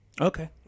Okay